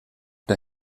der